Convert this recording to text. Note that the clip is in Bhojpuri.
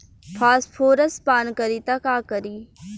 फॉस्फोरस पान करी त का करी?